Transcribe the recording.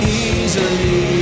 easily